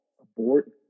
abort